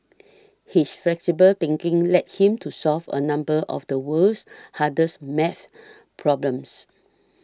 his flexible thinking led him to solve a number of the world's hardest math problems